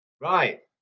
Right